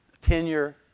tenure